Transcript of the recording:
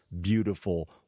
beautiful